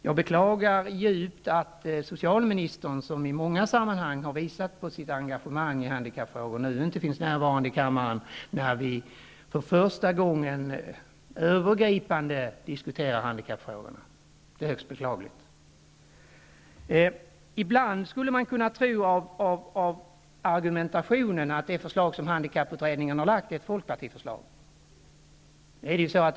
Jag beklagar djupt att socialministern, som i många sammanhang har visat sitt engagemang i handikappfrågor, nu inte är närvarande i kammaren, när vi för första gången övergripande diskuterar handikappfrågorna. Ibland skulle man av argumentationen kunna tro att det förslag som handikapputredningen har lagt är ett folkpartiförslag.